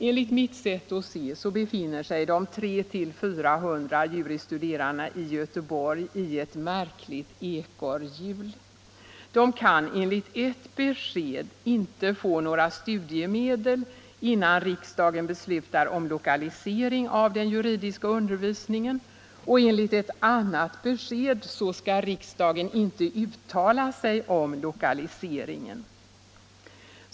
Enligt mitt sätt att se befinner sig de 300-400 juris studerandena i Göteborg i ett märkligt ekorrhjul. De kan enligt ett besked inte få några studiemedel innan riksdagen beslutar om lokalisering av den juridiska undervisningen och enligt ett annat besked skall riksdagen inte uttala sig om lokaliseringen.